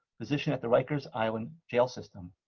physician at the rikers island jail system.